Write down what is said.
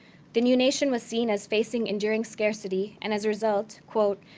the new nation was seen as facing enduring scarcity, and as a result, quote,